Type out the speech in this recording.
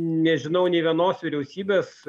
nežinau nė vienos vyriausybės